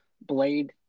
Blade